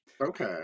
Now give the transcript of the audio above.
Okay